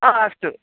ह अस्तु